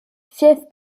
fief